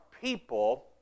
people